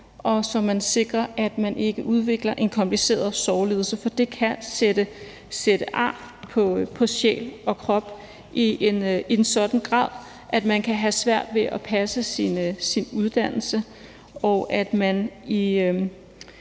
også sikrer, at de ikke udvikler en kompliceret sorglidelse. For det kan sætte ar på sjæl og krop i en sådan grad, at man kan have svært ved at passe sin uddannelse, og at man i